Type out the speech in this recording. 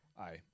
aye